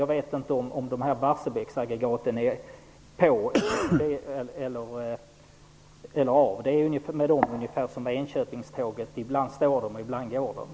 Jag vet inte om Barsebäcksaggregaten nu är på eller av. Det är ungefär som med Enköpingståget: ibland står det och ibland går det.